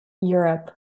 europe